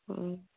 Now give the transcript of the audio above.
ᱦᱩᱸ